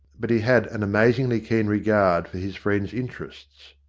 but he had an amazingly keen regard for his friend's interests.